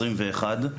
ו-2021,